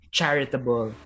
charitable